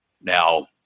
Now